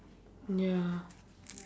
ya